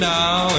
now